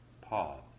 Pause